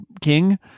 king